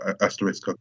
asterisk